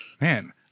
man